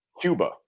Cuba